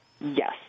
yes